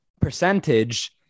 percentage